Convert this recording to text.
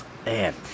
Man